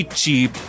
cheap